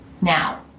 now